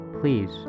Please